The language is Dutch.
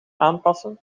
aanpassen